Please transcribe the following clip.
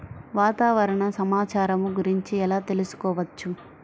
వాతావరణ సమాచారము గురించి ఎలా తెలుకుసుకోవచ్చు?